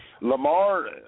Lamar